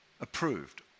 approved